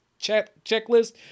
checklist